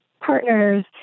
partners